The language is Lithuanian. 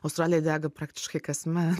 australija dega praktiškai kasmet